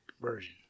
version